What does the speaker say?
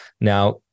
Now